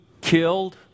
killed